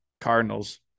Cardinals